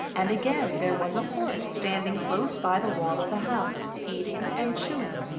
and again there was a horse standing close by the wall of the house, eating and chewing,